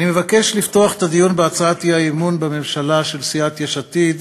אני מבקש לפתוח את הדיון בהצעת האי-אמון בממשלה של סיעת יש עתיד